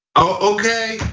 okay?